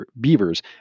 beavers